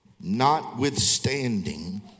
notwithstanding